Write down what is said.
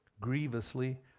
grievously